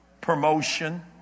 promotion